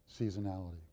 seasonality